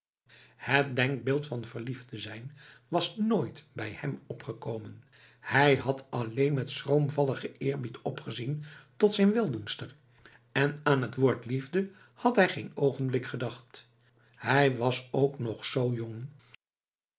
het denkbeeld van verliefd te zijn was nooit bij hem opgekomen hij had alleen met schroomvalligen eerbied opgezien tot zijn weldoenster en aan t woord liefde hij geen oogenblik gedacht hij was ook nog zoo jong